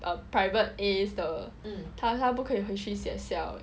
private As 的他不可以回去学校